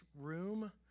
room